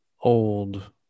old